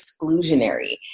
exclusionary